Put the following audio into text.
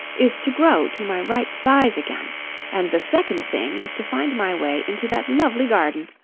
is to grow to my right size again and the second thing is to find my way into that lovely garden.